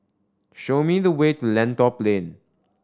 show me the way to Lentor Plain